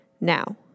Now